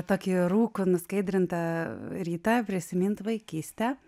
tokį rūku nuskaidrintą rytą prisimint vaikystę